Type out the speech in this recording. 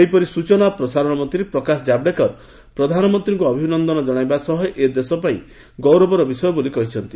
ସେହିପରି ସ୍ଟଚନା ଓ ପ୍ରସାରଣ ମନ୍ତ୍ରୀ ପ୍ରକାଶ ଜାବ୍ଡେକର ପ୍ରଧାନମନ୍ତ୍ରୀଙ୍କୁ ଅଭିନନ୍ଦନ ଜଣାଇବା ସହ ଏହା ଦେଶପାଇଁ ଗୌରବର ବିଷୟ ବୋଲି କହିଛନ୍ତି